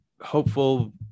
hopeful